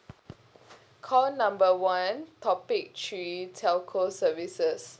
call number one topic three telco services